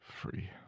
free